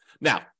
Now